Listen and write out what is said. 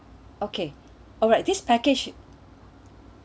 okay alright this package